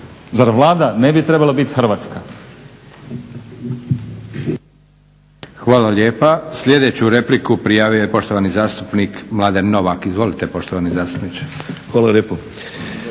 Zar Vlada ne bi trebala bit hrvatska?